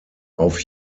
auf